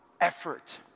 Effort